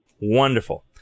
Wonderful